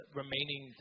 remaining